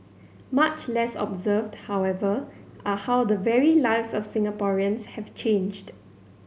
much less observed however are how the very lives of Singaporeans have changed